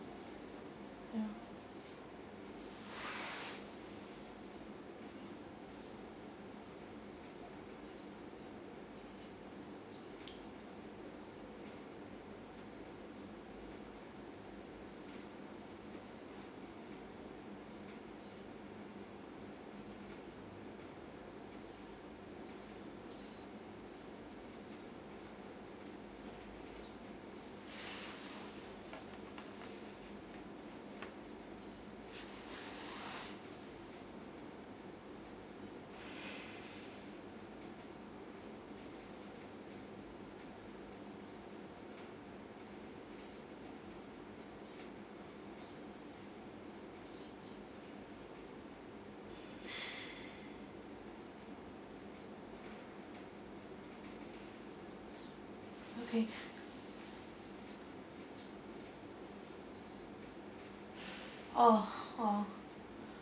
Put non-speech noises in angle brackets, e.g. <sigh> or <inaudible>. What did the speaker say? ya <breath> okay oh oh